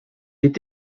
est